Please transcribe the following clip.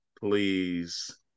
Please